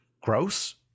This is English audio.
gross